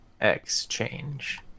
Exchange